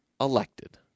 elected